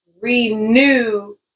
renew